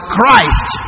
Christ